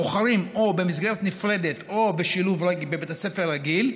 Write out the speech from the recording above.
בוחרים או במסגרת נפרדת או בשילוב בבית הספר הרגיל,